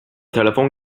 telefon